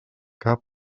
cap